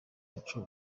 muco